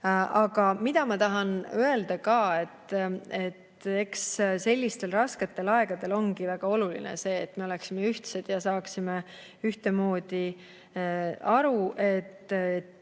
toimub. Ma tahan öelda ka seda, et sellistel rasketel aegadel ongi väga oluline, et me oleksime ühtsed ja saaksime ühtemoodi aru,